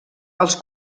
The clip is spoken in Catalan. als